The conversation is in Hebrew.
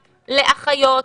לאחיות,